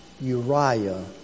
Uriah